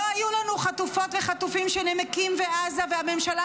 לא היו לנו חטופות וחטופים שנמקים בעזה והממשלה